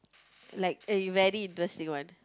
like a very interesting one